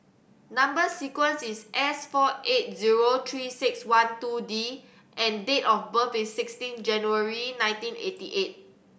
number sequence is S four eight zero Three Six One two D and date of birth is sixteen January nineteen eighty eight